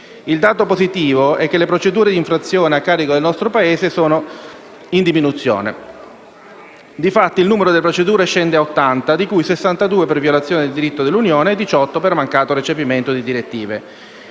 Il dato positivo è che le procedure di infrazione a carico del nostro Paese sono in diminuzione. Difatti, il numero delle procedure scende a 80, di cui 62 per violazione del diritto dell'Unione e 18 per mancato recepimento di direttive.